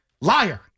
Liar